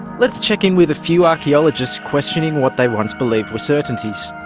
let's check in with a few archaeologists questioning what they once believed were certainties.